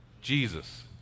Jesus